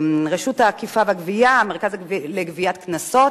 רשות האכיפה והגבייה, המרכז לגביית קנסות,